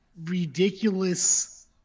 ridiculous